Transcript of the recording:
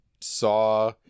saw